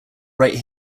right